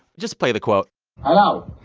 just play the quote hello